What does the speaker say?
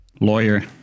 lawyer